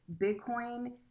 Bitcoin